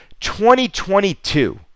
2022